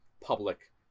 public